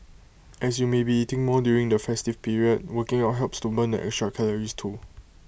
as you may be eating more during the festive period working out helps to burn the extra calories too